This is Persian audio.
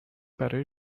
برا